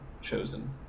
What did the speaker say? chosen